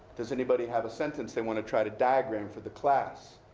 does anybody have a sentence they want to try to diagram for the class?